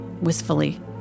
wistfully